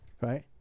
Right